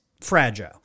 fragile